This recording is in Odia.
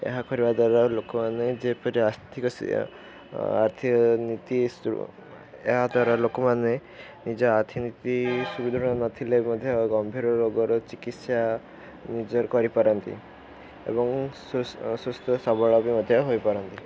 ଏହା କରିବା ଦ୍ୱାରା ଲୋକମାନେ ଯେପରି ଆର୍ଥନୀତି ଏହାଦ୍ୱାରା ଲୋକମାନେ ନିଜ ଆର୍ଥିନୀତି ସୁଦୃଢ଼ ନଥିଲେ ମଧ୍ୟ ଗମ୍ଭୀର ରୋଗର ଚିକିତ୍ସା ନିଜର କରିପାରନ୍ତି ଏବଂ ସୁସ୍ଥ ସବଳ ବି ମଧ୍ୟ ହୋଇପାରନ୍ତି